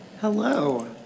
Hello